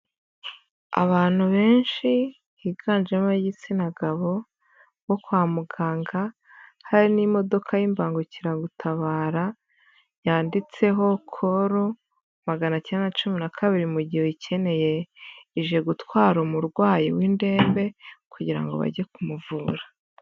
Abantu benshi higanjemo ab'igitsina gabo bo kwa muganga hari n'imodoka y'imbangukiragutabara yanditseho koro magana acyenda na cumi na kabiri mu gihe uyikeneye ije gutwara umurwayi w'indembe kugira ngo bajye kumuvura.